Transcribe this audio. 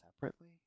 separately